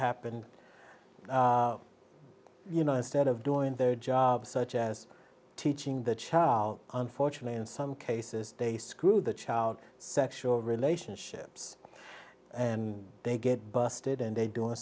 happen you know instead of doing their jobs such as teaching the child unfortunately in some cases they screw the child sexual relationships and they get busted and they